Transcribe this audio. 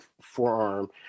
forearm